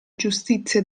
giustizia